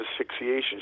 asphyxiation